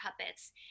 puppets